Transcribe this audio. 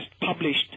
published